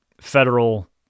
federal